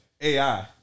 AI